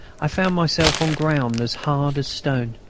i found myself on ground as hard as stone.